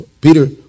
Peter